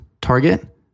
Target